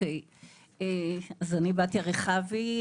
שמי בתיה רכבי,